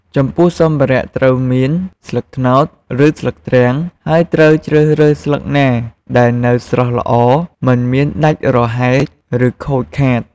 ចំពោះសម្ភារៈត្រូវមាន ស្លឹកត្នោត ឬស្លឹកទ្រាំងហើយត្រូវជ្រើសរើសស្លឹកណាដែលនៅស្រស់ល្អ មិនមានដាច់រហែក ឬខូចខាត។